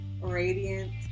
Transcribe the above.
radiant